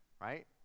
Right